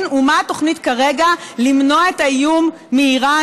ומה התוכנית כרגע למנוע את האיום מאיראן,